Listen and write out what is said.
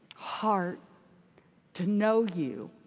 heart to know you.